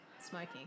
Smoking